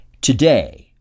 Today